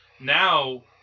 Now